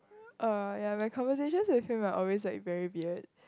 oh ya my conversations with him are always like very weird